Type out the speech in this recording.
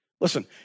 listen